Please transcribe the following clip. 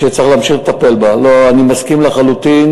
שצריך להמשיך לטפל בה, אני מסכים לחלוטין.